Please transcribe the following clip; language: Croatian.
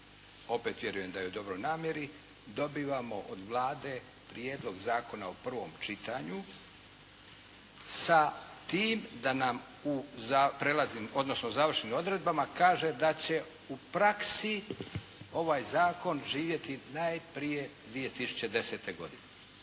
opet vjerujem da je u dobroj namjeri, dobivamo od Vlade prijedlog zakona u prvom čitanju sa tim da nam u prijelaznim, odnosno završnim odredbama kaže da će u praksi ovaj zakon zaživjeti najprije 2010. godine.